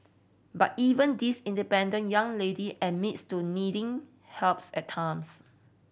but even this independent young lady admits to needing helps at times